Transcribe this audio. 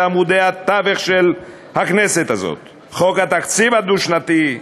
עמודי התווך של הכנסת הזאת: חוק התקציב הדו-שנתי,